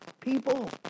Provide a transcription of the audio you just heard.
people